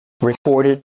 recorded